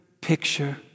picture